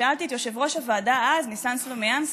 שאלתי את יושב-ראש הוועדה אז, ניסן סלומינסקי,